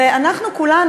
ואנחנו כולנו,